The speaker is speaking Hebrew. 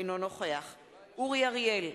אינו נוכח אורי אריאל,